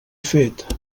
fet